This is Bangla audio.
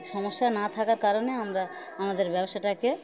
সমস্যা না থাকার কারণে আমরা আমাদের ব্যবসাটাকে